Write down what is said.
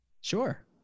Sure